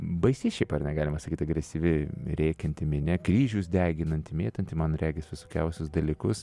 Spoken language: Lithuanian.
baisi šiaip ar ne galima sakyt agresyvi rėkianti minia kryžius deginanti mėtanti man regis visokiausius dalykus